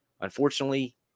unfortunately